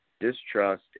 distrust